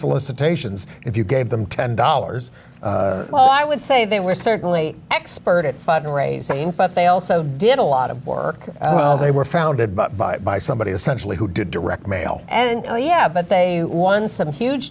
solicitations if you gave them ten dollars well i would say they were certainly expert at fund raising but they also did a lot of work they were founded but by by somebody essentially who did direct mail and oh yeah but they won some huge